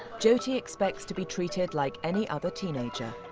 jyoti expects to be treated like any other teenager.